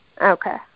Okay